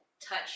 touch